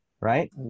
Right